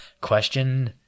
question